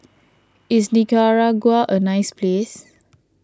is Nicaragua a nice place